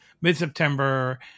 mid-September